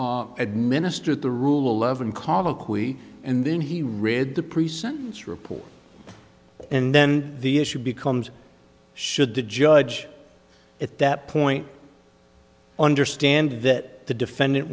he administered the rule eleven call maqui and then he read the pre sentence report and then the issue becomes should the judge at that point understand that the defendant